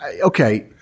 Okay